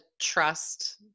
trust